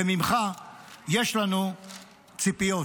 וממך יש לנו ציפיות.